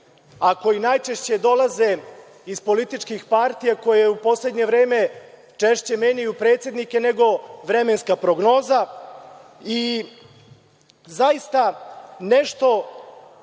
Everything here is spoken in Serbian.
a koji najčešće dolaze iz političkih partija koje u poslednje vreme češće menjaju predsednike nego vremenska prognoza. Zaista nešto